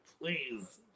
please